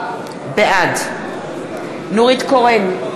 בעד נורית קורן,